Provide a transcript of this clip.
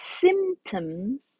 symptoms